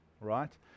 right